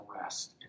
rest